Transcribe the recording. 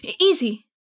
Easy